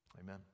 Amen